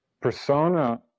Persona